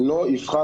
אם ייווצר